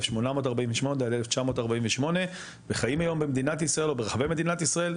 מ-1848 עד 1948 וחיים היום במדינת ישראל או ברחבי מדינת ישראל,